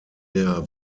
der